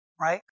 right